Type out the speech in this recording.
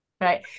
Right